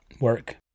work